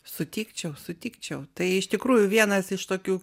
sutikčiau sutikčiau tai iš tikrųjų vienas iš tokių